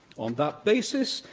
on that basis,